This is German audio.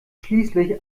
schließlich